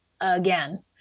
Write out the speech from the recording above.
again